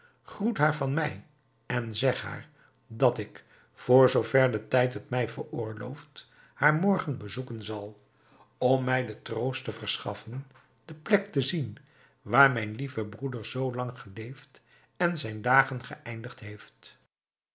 groet haar van mij en zeg haar dat ik voor zoover de tijd het mij veroorlooft haar morgen bezoeken zal om mij den troost te verschaffen de plek te zien waar mijn lieve broeder zoo lang geleefd en zijn dagen geëindigd heeft